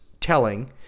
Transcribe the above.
telling